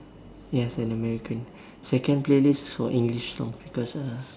yes an American second playlist is English songs because uh